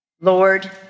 Lord